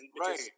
Right